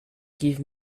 give